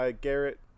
Garrett